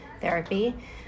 therapy